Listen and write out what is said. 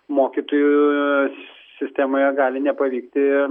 mokytojų sistemoje gali nepavykti